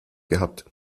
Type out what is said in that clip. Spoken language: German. gehabt